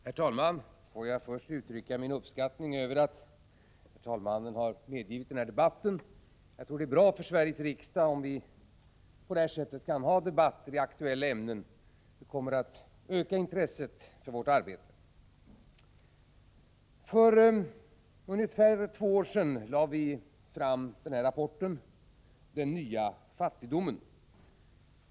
Herr talman! Får jag först uttrycka min uppskattning över att talmannen har medgivit den här debatten. Jag tror det är bra för Sveriges riksdag om vi på detta sätt kan ha debatter i aktuella ämnen. Det kommer att öka intresset för vårt arbete. För ungefär två år sedan lade vi fram rapporten Den nya fattigdomen.